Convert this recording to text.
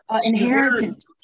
inheritance